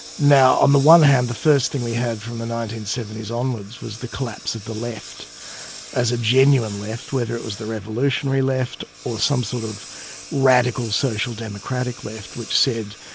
now on the one hand the first thing we had from the nineteen seventy s onwards, was the collapse of the left as a genuine left, whether it was the revolutionary left, or some sort of radical social democratic left which said,